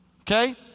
okay